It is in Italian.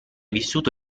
vissuto